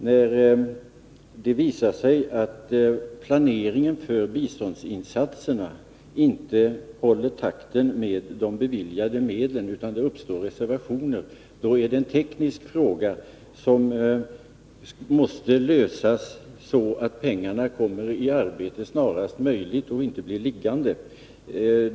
När det visar sig att planeringen för biståndsinsatserna inte håller takten med de beviljade medlen utan det uppstår reservationer, då är det en teknisk fråga som måste lösas, så att pengarna kommer i arbete snarast möjligt och inte blir liggande.